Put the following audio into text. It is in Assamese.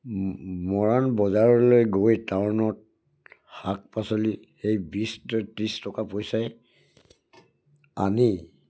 মৰাণ বজাৰলৈ গৈ টাউনত শাক পাচলি সেই বিছ ত্ৰিছ টকা পইচাৰে আনি